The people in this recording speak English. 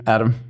Adam